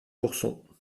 courson